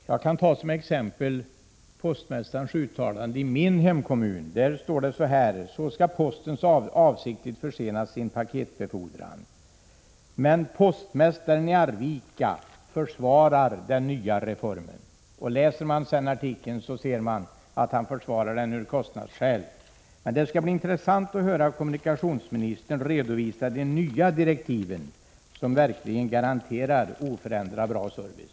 Jag kan ta som exempel ett uttalande av postmästaren i min hemkommun. Det står så här i tidningen: Så skall posten avsiktligt försena sin paketbefordran. Men postmästaren i Arvika försvarar den nya reformen. Läser man sedan artikeln ser man att han försvarar den av kostnadsskäl. Det skall bli intressant att höra kommunikationsministern redovisa de nya direktiv som verkligen garanterar oförändrad och bra service.